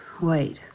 Wait